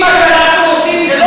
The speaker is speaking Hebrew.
אם מה שאנחנו עושים זה לא,